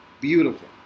beautiful